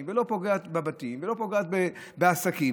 ולא פוגעת בבתים ולא פוגעת בעסקים,